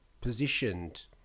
positioned